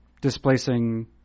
displacing